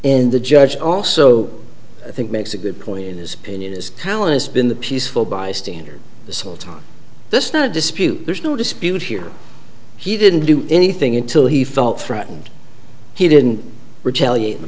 and the judge also i think makes a good point in his opinion is callous been the peaceful bystander this whole time this is not a dispute there's no dispute here he didn't do anything until he felt threatened he didn't retaliate in the